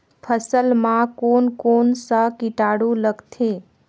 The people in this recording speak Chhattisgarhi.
फसल मा कोन कोन सा कीटाणु लगथे?